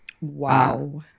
Wow